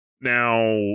Now